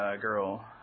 girl